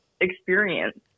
experience